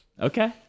Okay